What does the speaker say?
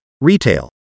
retail